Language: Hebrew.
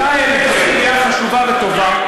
אתה העלית סוגיה חשובה וטובה,